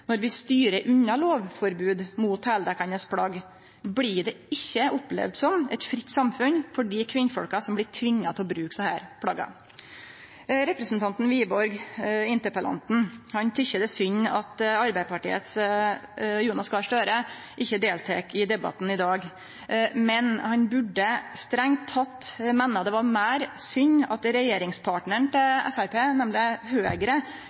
når vi styrer unna lovforbod mot heildekkjande plagg, blir det ikkje opplevd som eit fritt samfunn for dei kvinnfolka som blir tvinga til å bruke plagga. Interpellanten, representanten Wiborg, tykkjer det er synd at Arbeidarpartiets Jonas Gahr Støre ikkje deltek i debatten i dag. Men han burde strengt tatt meine det er meir synd at regjeringspartnaren til Framstegspartiet, Høgre,